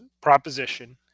proposition